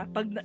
Pag